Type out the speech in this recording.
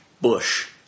Bush